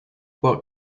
what